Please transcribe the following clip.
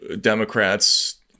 democrats